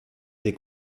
des